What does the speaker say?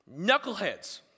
knuckleheads